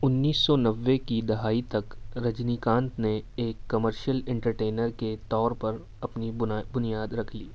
انیس سو نوے کی دہائی تک رجنی کانت نے ایک کمرشیل انٹرٹینر کے طور پر اپنی بنیاد رکھ لی